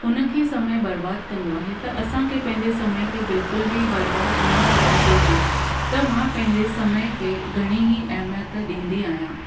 हुनखे समय बर्बादु कंदो आहे त असांखे पंहिंजे समय खे बिल्कुलु बि बर्बादु न करणु घुरिजे त मां पंहिंजे समय खे घणी ई एहमियतु ॾींंदी आहियां